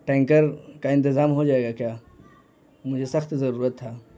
tanker کا انتظام ہو جائے گا کیا مجھے سخت ضرورت تھا